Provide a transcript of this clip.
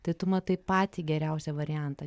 tai tu matai patį geriausią variantą